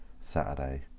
Saturday